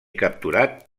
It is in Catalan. capturat